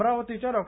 अमरावतीच्या डॉ